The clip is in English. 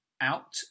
out